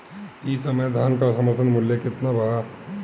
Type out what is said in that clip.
एह समय धान क समर्थन मूल्य केतना बा?